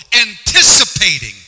anticipating